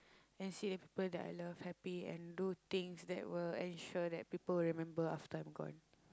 and see the people that I love happy and do things that will ensure that people will remember after I'm gone